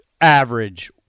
Average